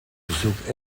bezoek